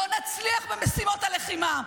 לא נצליח במשימות הלחימה.